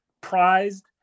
prized